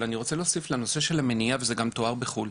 אבל אני רוצה להוסיף לנושא של המניעה שגם תואר בחו"ל.